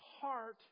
heart